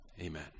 Amen